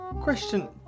Question